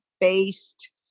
based